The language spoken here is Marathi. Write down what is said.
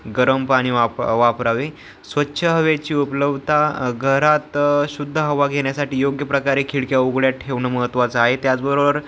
गरम पाणी वाप वापरावे स्वच्छ हवेची उपलब्ता घरात शुद्ध हवा घेण्यासाठी योग्य प्रकारे खिडक्या उघड्या ठेवणं महत्त्वाचं आहे त्याचबरोबर